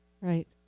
Right